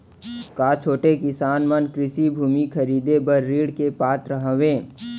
का छोटे किसान मन कृषि भूमि खरीदे बर ऋण के पात्र हवे?